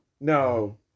No